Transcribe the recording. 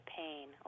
pain